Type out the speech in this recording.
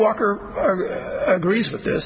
walker agrees with th